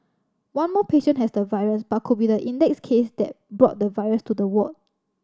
one more patient has the virus but could be the index case that brought the virus to the ward